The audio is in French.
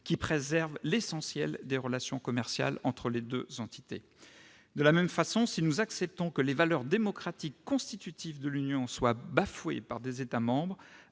qui préserve l'essentiel des relations commerciales entre les deux entités. De la même façon, si nous acceptons que les valeurs démocratiques constitutives de l'Union soient bafouées par des États membres,